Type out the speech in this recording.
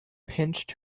pinched